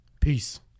Peace